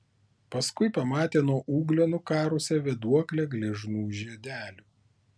paskui pamatė nuo ūglio nukarusią vėduoklę gležnų žiedelių